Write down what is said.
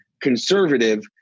conservative